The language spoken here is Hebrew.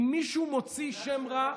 אם מישהו מוציא שם רע,